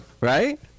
Right